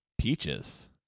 peaches